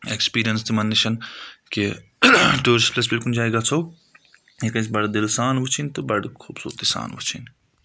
experience تِمَن نِش کہِ ٹوٗرِسٹہٕ پٕلَیس پؠٹھ کُنہِ جایہِ گژھو یہِ گژھِ بَڑٕ دِل سان وٕچھِنۍ تہٕ بَڑٕ خوٗبصوٗرتی سان وٕچھِنۍ